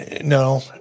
No